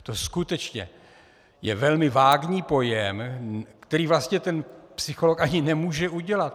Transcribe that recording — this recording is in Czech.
To skutečně je velmi vágní pojem, který vlastně ten psycholog ani nemůže udělat.